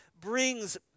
brings